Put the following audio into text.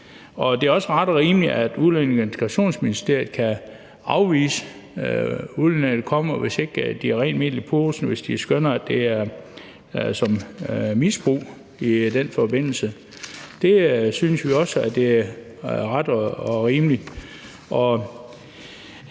Det er også ret og rimeligt, at Udlændinge- og Integrationsministeriet kan afvise udlændinge, der kommer, hvis ikke de har rent mel i posen, hvis de skønner, at det er misbrug i den forbindelse. Det synes vi også er ret og rimeligt.